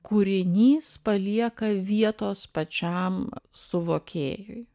kūrinys palieka vietos pačiam suvokėjui